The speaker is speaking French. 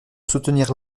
soutenir